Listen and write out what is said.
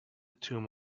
tomb